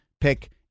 pick